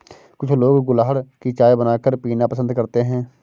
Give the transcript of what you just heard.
कुछ लोग गुलहड़ की चाय बनाकर पीना पसंद करते है